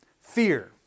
Fear